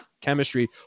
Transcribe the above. chemistry